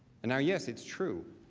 and yes, it's true,